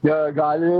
jie gali